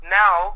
now